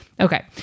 okay